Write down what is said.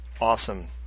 Awesome